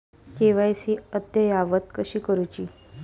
KYC अद्ययावत कशी करुची?